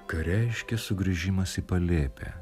ką reiškia sugrįžimas į palėpę